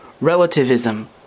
relativism